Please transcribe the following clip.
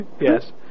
Yes